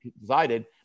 decided